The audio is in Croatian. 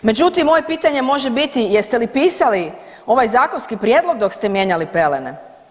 Međutim, moje pitanje može biti jeste li pisali ovaj zakonski prijedlog dok ste mijenjali pelene?